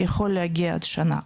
יכול להגיע עד שנה.